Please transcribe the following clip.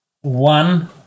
One